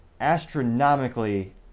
astronomically